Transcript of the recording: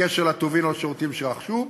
בקשר לטובין או לשירותים שרכשו,